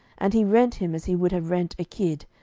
and he rent him as he would have rent a kid,